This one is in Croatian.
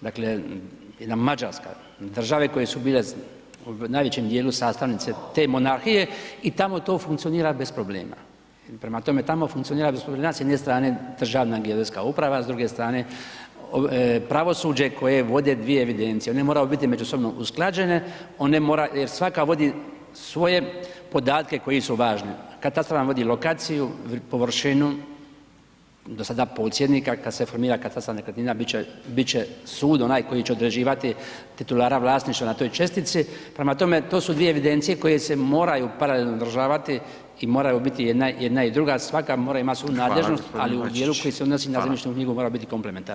dakle jedna Mađarska, države koje su bile u najvećem djelu sastavnice te monarhije i tamo to funkcionira bez problema, prema tome, tamo funkcionira bez problema, s jedne strane Državna geodetska uprava, s druge strane pravosuđe koje vode 2 evidencije, one moraju biti međusobno usklađene jer svaka vodi svoje podatke koji su važni, katastar vam vodi lokaciju, površinu, ... posjednika, kad se formira katastar nekretnina, bit će, bit će sud onaj koji će određivati titulara vlasništva na toj čestici, prema tome to su dvije evidencije koje se moraju paralelno održavati i moraju biti jedna, jedna i druga svaka moraju imat svoju nadležnost [[Upadica: Hvala gospodine Bačić.]] ali u dijelu koji se odnosi na zemljišnu knjigu moraju biti komplementarne.